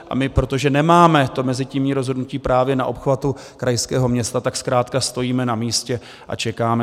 A my, protože nemáme to mezitímní rozhodnutí právě na obchvatu krajského města, tak zkrátka stojíme na místě a čekáme.